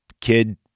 kid